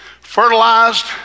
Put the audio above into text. fertilized